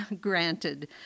granted